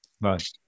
right